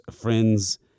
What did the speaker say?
friends